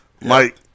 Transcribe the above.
Mike